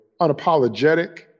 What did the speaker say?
unapologetic